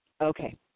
Okay